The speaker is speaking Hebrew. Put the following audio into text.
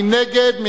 מי נגד?